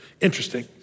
interesting